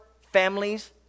families